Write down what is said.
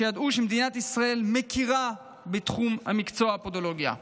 הם ידעו שמדינת ישראל מכירה בתחום המקצוע הפודולוגיה,